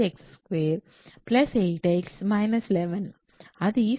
అది సరిగ్గా ఆ బాక్స్ ఉన్నట్లే ఉంది